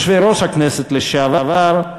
יושבי-ראש הכנסת לשעבר,